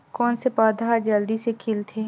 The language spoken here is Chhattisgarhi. कोन से पौधा ह जल्दी से खिलथे?